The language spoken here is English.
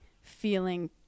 feeling